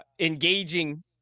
engaging